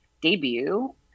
debut